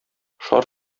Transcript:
шар